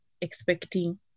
expecting